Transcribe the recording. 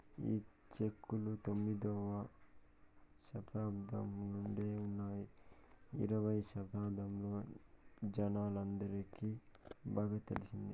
ఈ చెక్కులు తొమ్మిదవ శతాబ్దం నుండే ఉన్నాయి ఇరవై శతాబ్దంలో జనాలందరికి బాగా తెలిసింది